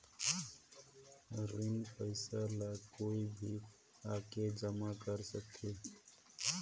ऋण पईसा ला कोई भी आके जमा कर सकथे?